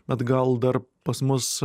bet gal dar pas mus